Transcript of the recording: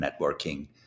networking